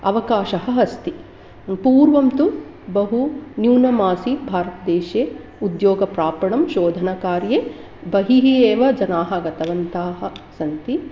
अवकाशः अस्ति पूर्वं तु बहु न्यूनमासीत् भारतदेशे उद्योगं प्रापणं शोधनकार्ये बहिः एव जनाः गतवन्ताः सन्ति